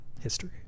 history